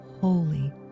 holy